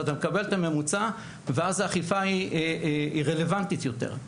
ואתה מקבל את הממוצע ואז האכיפה היא רלוונטית יותר.